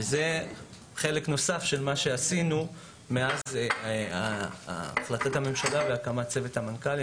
זה חלק נוסף של מה שעשינו מאז החלטת הממשלה והקמת צוות המנכ"לים,